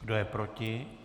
Kdo je proti?